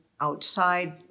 outside